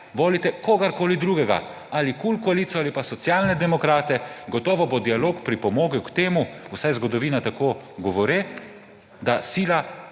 volite kogarkoli drugega, ali KUL koalicijo ali pa Socialne demokrate, gotovo bo dialog pripomogel k temu, vsaj zgodovina tako govori, da sila